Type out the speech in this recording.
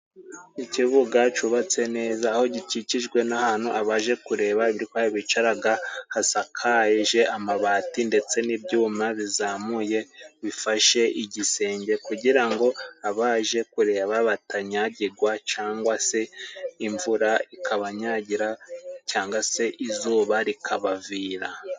Ikibuga cyubatse neza aho gikikijwe n'ahantu abaje kureba ibikorwa bicaraga, hasakaje amabati ndetse n'ibyuma bizamuye bifashe igisenge kugira ngo abaje kureba batanyagigwa cyangwa se imvura ikabanyagira cyangwa se izuba rikabavira.